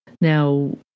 now